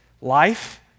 Life